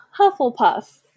Hufflepuff